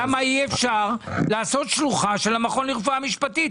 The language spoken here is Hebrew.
למה אי אפשר לעשות שלוחה של המכון לרפואה משפטית?